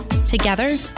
Together